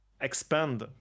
expand